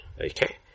Okay